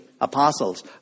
apostles